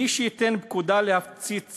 מי שייתן פקודה להפציץ